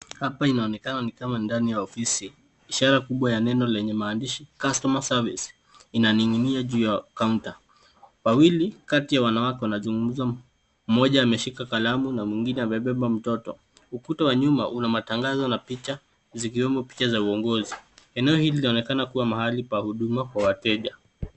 Hapa inaonekana ni kama ndani ya ofisi ishara kubwa ya neno lenye maandishi Customer Service inaning'inia juu ya kaunta. Wawili kati ya wanawake wanazungumza, mmoja ameshika kalamu na mwingine amebeba mtoto. Ukuta wa nyuma una matangazo na picha zikiwemo picha za uongozi. Eneo hili linaonekana kua mahali pa huduma kwa wateja.